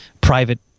private